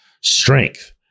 strength